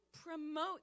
promote